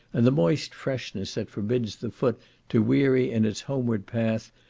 and the moist freshness that forbids the foot to weary in its homeward path,